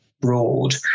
broad